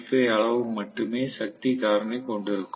85 அளவு மட்டுமே சக்தி காரணி கொண்டிருக்கும்